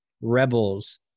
Rebels